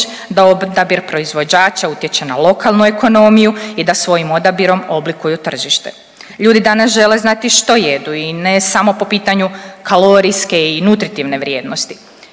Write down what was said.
da odabir proizvođača utječe na lokalnu ekonomiju i da svojim odabirom obliku tržište. Ljudi danas žele znati što jedu i ne samo po pitanju kalorijske i nutritivne vrijednosti.